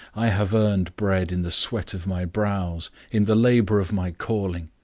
i have earned bread in the sweat of my brows, in the labour of my calling,